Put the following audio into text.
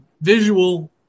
visual